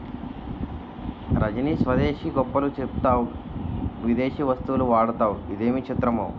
రజనీ స్వదేశీ గొప్పలు చెప్తావు విదేశీ వస్తువులు వాడతావు ఇదేమి చిత్రమో